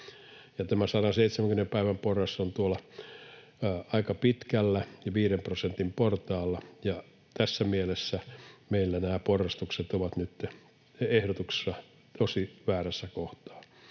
Tämä 170 päivän porras on tuolla aika pitkällä ja viiden prosentin portaalla. Tässä mielessä meillä nämä porrastukset ovat nytten ehdotuksessa tosi väärässä kohtaa.